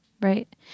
right